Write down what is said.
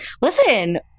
Listen